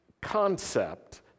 concept